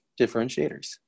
differentiators